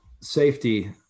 safety